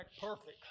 perfect